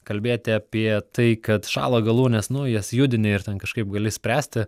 kalbėti apie tai kad šąla galūnės nu jas judini ir ten kažkaip gali spręsti